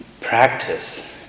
practice